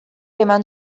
eman